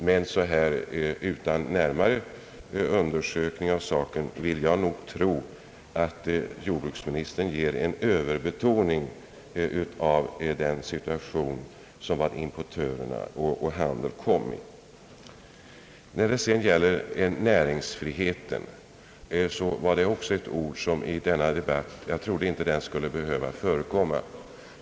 Men för dagen vill jag uttrycka den uppfattningen att jordbruksministern ger en överbetoning åt den situation som importörerna och handeln kommit i. Sedan hade jag inte trott att näringsfriheten skulle diskuteras i detta sammanhang.